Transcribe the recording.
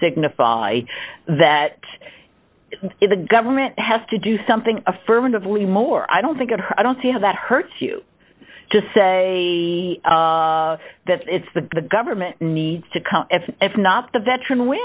signify that the government has to do something affirmatively more i don't think it i don't see how that hurts you just say that it's the government needs to come if not the veteran whe